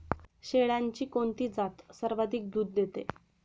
शेळ्यांची कोणती जात सर्वाधिक दूध देते?